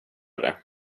det